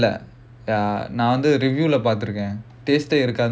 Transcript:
ஆனா நான் வந்து:aanaa naan vandhu review leh பாத்துக்குறேன்:paathukkuraen taste eh இருக்காது:irukkaathu